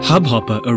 Hubhopper